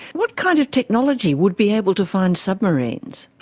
what kind of technology would be able to find submarines?